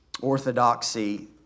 Orthodoxy